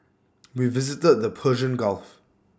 we visited the Persian gulf